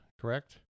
correct